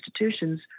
institutions